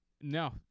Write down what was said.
No